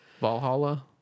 Valhalla